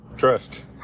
Trust